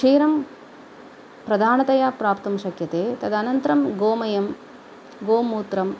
क्षीरं प्रधानतया प्राप्तुं शक्यते तदनन्तरं गोमयं गोमूत्रं